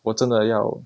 我真的要